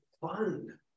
fun